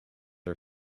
are